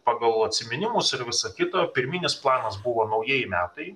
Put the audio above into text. pagal atsiminimus ir visa kita pirminis planas buvo naujieji metai